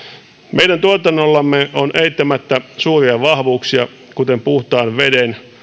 meidän tuotannollamme on eittämättä suuria vahvuuksia kuten puhtaan veden